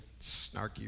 snarky